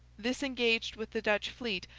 this engaged with the dutch fleet,